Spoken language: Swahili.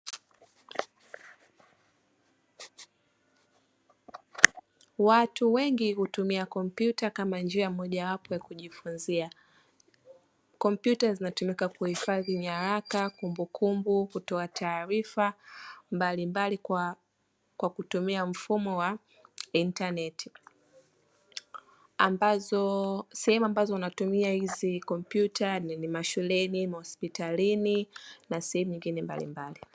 Watu wengi utumia kompyuta kama njia moja wapo ya kujifunzia kompyuta zinatumika kuhifadhi nyaraka, kumbukumbu, kutoa taarifa mbalimbali kwa kutumia mfumo wa intaneti sehemu ambazo wanatumia hizi kompyuta ni mashuleni, mahospitalini na sehemu nyingine mbalmbali.